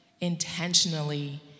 intentionally